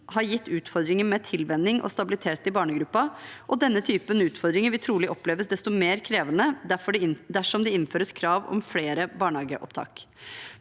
har gitt utfordringer med tilvenning og stabilitet i barnegruppen, og denne typen utfordringer vil trolig oppleves desto mer krevende dersom det innføres krav om flere barnehageopptak.